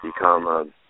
become